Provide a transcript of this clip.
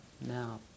Now